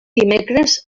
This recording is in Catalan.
dimecres